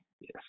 Yes